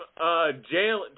Jalen